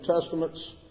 Testaments